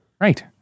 Right